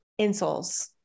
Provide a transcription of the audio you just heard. insoles